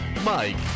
Mike